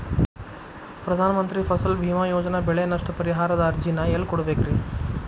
ಪ್ರಧಾನ ಮಂತ್ರಿ ಫಸಲ್ ಭೇಮಾ ಯೋಜನೆ ಬೆಳೆ ನಷ್ಟ ಪರಿಹಾರದ ಅರ್ಜಿನ ಎಲ್ಲೆ ಕೊಡ್ಬೇಕ್ರಿ?